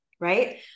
right